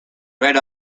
red